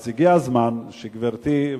אז הגיע הזמן שגברתי,